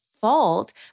fault